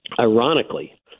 Ironically